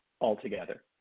altogether